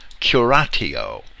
curatio